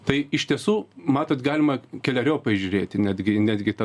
tai iš tiesų matot galima keleriopai žiūrėti netgi netgi ta